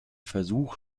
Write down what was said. versuch